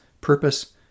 Purpose